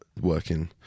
working